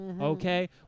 okay